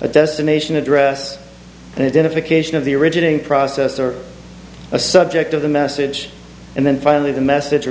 of destination address and identification of the originating process or a subject of the message and then finally the message or